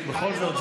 בכל זאת,